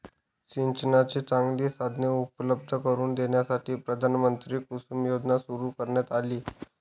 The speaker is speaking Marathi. सिंचनाची चांगली साधने उपलब्ध करून देण्यासाठी प्रधानमंत्री कुसुम योजना सुरू करण्यात आली